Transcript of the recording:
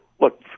Look